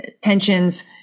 tensions